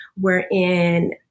wherein